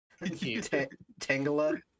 Tangela